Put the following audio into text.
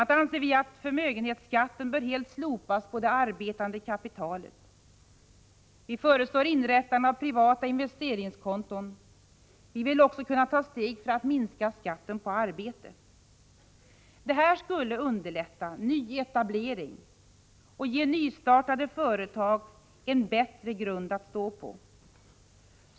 a. anser vi att att förmögenhetsskatten på det arbetande kapitalet helt bör slopas. Vi föreslår inrättande av privata investeringskonton. Vi vill också kunna ta steg för att minska skatten på arbete. Det skulle underlätta nyetablering och ge nystartade företag en bättre grund att stå på.